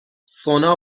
سونا